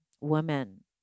women